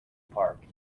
park